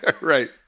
Right